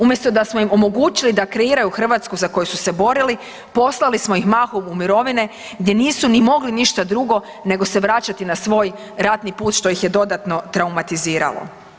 Umjesto da smo im omogućili da kreiraju Hrvatsku za koju su se borili poslali smo ih mahom u mirovine gdje nisu ni mogli ništa drugo, nego se vraćati na svoj ratni put što ih je dodatno traumatiziralo.